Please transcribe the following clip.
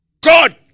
God